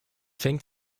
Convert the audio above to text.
fängt